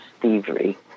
thievery